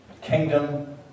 Kingdom